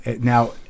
Now